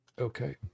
okay